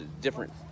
different